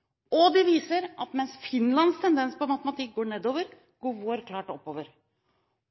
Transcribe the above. Finland. Det viser også at mens Finlands tendens på matematikk går nedover, går vår klart oppover,